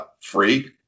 free